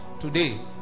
today